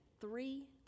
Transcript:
three